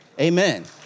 Amen